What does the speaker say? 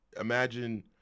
imagine